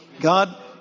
God